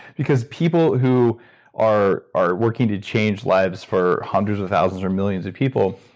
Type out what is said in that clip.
because people who are are working to change lives for hundreds of thousands or millions of people,